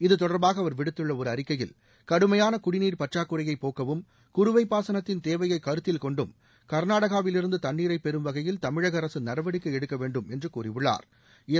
இத்தொடர்பாக அவர் விடுத்துள்ள ஒரு அறிக்கையில் கடுமையான குடிநீர் பற்றாக்குறையை போக்கவும் குறுவை பாசனத்தின் தேவைய கருத்தில் கொண்டும் கா்நாடகாவிலிருந்து தண்ணீரை பெறும்வகையில் தமிழக அரசு நடவடிக்கை எடுக்க வேண்டும் என்று கூறியுள்ளாா்